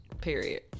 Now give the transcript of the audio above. Period